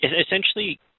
Essentially